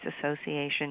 Association